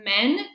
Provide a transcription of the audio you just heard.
men